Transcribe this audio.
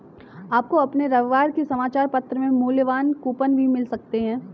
आपको अपने रविवार के समाचार पत्र में मूल्यवान कूपन भी मिल सकते हैं